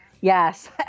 Yes